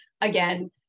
again